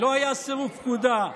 לא היה סירוב פקודה,